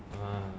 uh